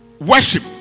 worship